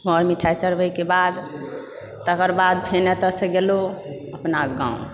मर मिठाइ चढ़बैके बाद तकर बाद फेन एतऽ से गेलहुँ अपना गाँव